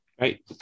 right